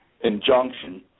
injunction